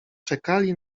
czekali